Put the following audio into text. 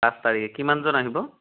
আঠ তাৰিখ কিমানজন আহিব